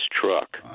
truck